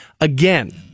Again